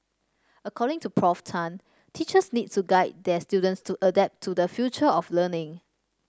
according to Prof Tan teachers need to guide their students to adapt to the future of learning